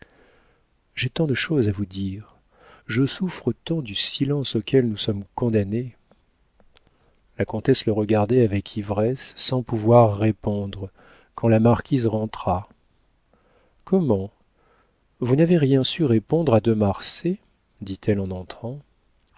j'ai tant de choses à vous dire je souffre tant du silence auquel nous sommes condamnés la comtesse le regardait avec ivresse sans pouvoir répondre quand la marquise rentra comment vous n'avez rien su répondre à de marsay dit-elle en entrant